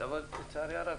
אבל לצערי הרב,